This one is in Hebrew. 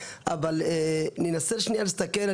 אבל ננסה שניה להסתכל,